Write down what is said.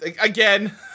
Again